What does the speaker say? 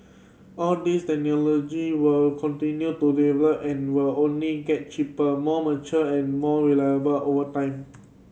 all these technology will continue to develop and will only get cheaper more mature and more reliable over time